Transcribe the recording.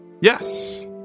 Yes